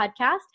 Podcast